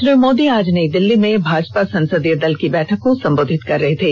श्री मोदी आज नई दिल्ली में भाजपा संसदीय दल की बैठक को संबोधित कर रहे थे